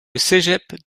cégep